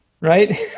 right